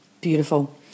Beautiful